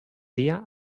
dia